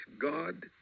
God